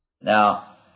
Now